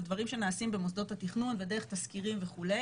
זה דברים שנעשים במוסדות התכנון ודרך תסקירים וכו',